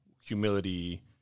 humility